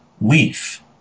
leaf